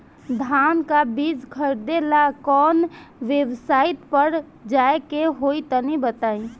धान का बीज खरीदे ला काउन वेबसाइट पर जाए के होई तनि बताई?